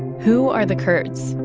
who are the kurds?